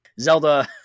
Zelda